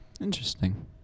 Interesting